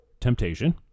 Temptation